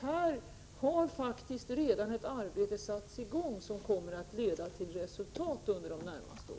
Här har faktiskt ett arbete redan satts i gång, som kommer att leda till resultat under de närmaste åren.